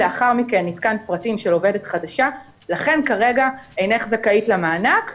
לאחר מכן עדכנת פרטים של עובדת חדשה ולכן כרגע אינך זכאית למענק,